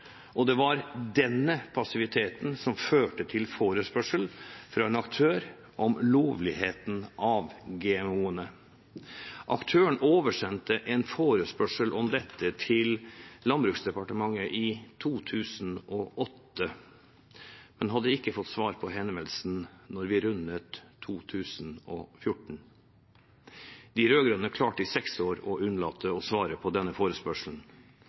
og det var denne passiviteten som førte til forespørsel fra en aktør om lovligheten av GMO-ene. Aktøren oversendte en forespørsel om dette til Landbruksdepartementet i 2008, men hadde ikke fått svar på henvendelsen da vi rundet 2014. De rød-grønne klarte i seks år å unnlate å svare på denne forespørselen.